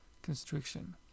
constriction